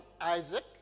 Isaac